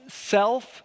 self